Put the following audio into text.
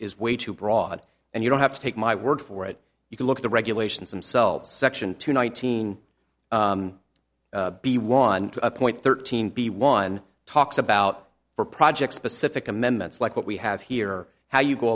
is way too broad and you don't have to take my word for it you can look at the regulations themselves section two nineteen b one point thirteen b one talks about for projects specific amendments like what we have here how you go